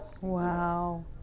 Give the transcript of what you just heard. Wow